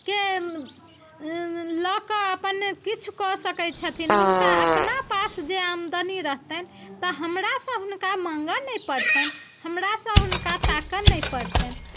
के लऽ कऽ अपन किछु कऽ सकै छथिन हुनका अपना पास जे आमदनी रहतनि तऽ हमरासँ हुनका माङ्गय नहि पड़तनि हमरासँ हुनका ताकय नहि पड़तनि